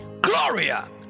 Gloria